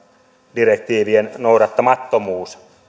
direktiivien noudattamattomuus